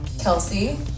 Kelsey